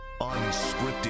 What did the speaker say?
Unscripted